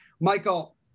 Michael